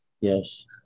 Yes